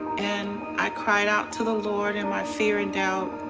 and i cried out to the lord in my fear and doubt,